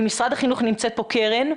ממשרד החינוך נמצאת פה קרן.